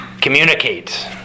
communicate